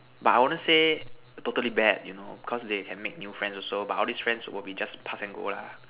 but I wouldn't say totally bad you know cause they can make new friends also but all these friends will be just pass and go lah